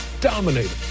dominated